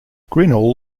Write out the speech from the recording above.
grinnell